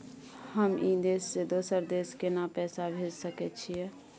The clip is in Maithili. हम ई देश से दोसर देश केना पैसा भेज सके छिए?